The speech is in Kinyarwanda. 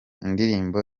indirimbo